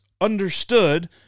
understood